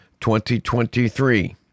2023